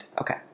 Okay